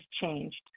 changed